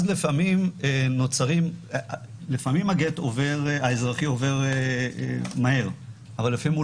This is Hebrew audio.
לפעמים הגט האזרחי עובר מהר אבל לפעמים הוא